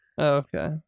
Okay